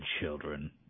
children